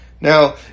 now